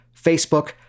Facebook